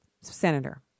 Senator